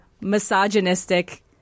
misogynistic